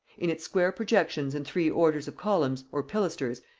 in its square projections and three orders of columns, or pilasters,